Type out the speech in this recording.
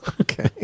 Okay